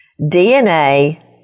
DNA